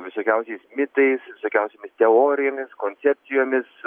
visokiausiais mitais visokiausiomis teorijomis koncepcijomis